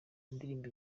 indirimbo